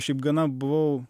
šiaip gana buvau